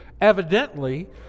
evidently